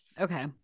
Okay